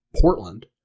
Portland